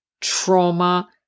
trauma